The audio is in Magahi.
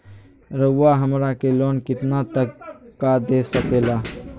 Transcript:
रउरा हमरा के लोन कितना तक का दे सकेला?